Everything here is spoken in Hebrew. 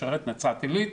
בנצרת עלית,